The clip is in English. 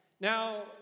Now